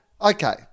okay